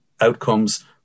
outcomes